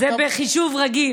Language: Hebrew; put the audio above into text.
זה בחישוב רגיל.